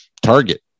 target